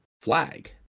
Flag